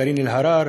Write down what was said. קארין אלהרר,